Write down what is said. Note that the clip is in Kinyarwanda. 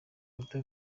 rukuta